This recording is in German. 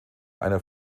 einer